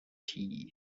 tea